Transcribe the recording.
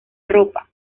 ropa